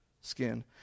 skin